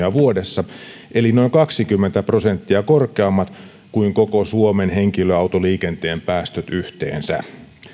vuodessa eli noin kaksikymmentä prosenttia korkeammat kuin koko suomen henkilöautoliikenteen päästöt yhteensä